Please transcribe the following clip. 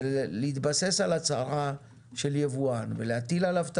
להתבסס על הצהרה של יבואן ולהטיל עליו את